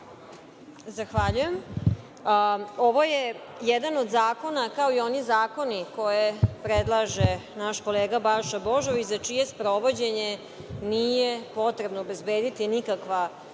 Zahvaljujem. Ovo je jedan od zakona, kao i oni zakoni koje predlaže naš kolega Balša Božović, za čije sprovođenje nije potrebno obezbediti nikakva